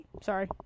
sorry